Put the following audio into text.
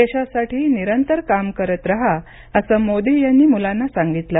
देशासाठी निरंतर काम करत रहा असं मोदी यांनी मुलांना सांगितलं